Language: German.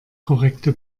korrekte